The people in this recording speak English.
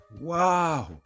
Wow